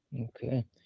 okay